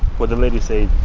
what the lady said